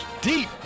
Deep